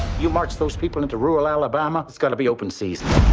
you march those people into rural alabama, it's gonna be open season.